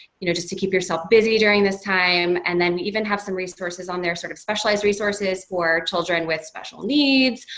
you know just to keep yourself busy during this time. and then even have some resources on there sort of specialized resources for children with special needs,